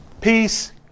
peace